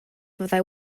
fyddai